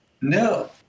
no